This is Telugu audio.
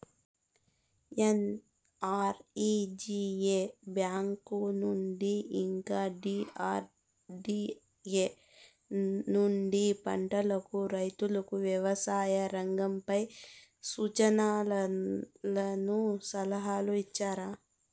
ఎన్.ఆర్.ఇ.జి.ఎ బ్యాంకు నుండి ఇంకా డి.ఆర్.డి.ఎ నుండి పంటలకు రైతుకు వ్యవసాయ రంగంపై సూచనలను సలహాలు ఇచ్చారా